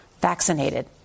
vaccinated